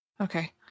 Okay